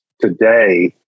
today